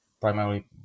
primarily